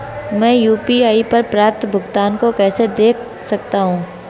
मैं यू.पी.आई पर प्राप्त भुगतान को कैसे देख सकता हूं?